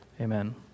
amen